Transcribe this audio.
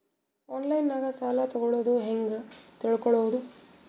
ಆನ್ಲೈನಾಗ ಸಾಲ ತಗೊಳ್ಳೋದು ಹ್ಯಾಂಗ್ ತಿಳಕೊಳ್ಳುವುದು?